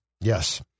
yes